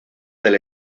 del